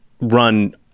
run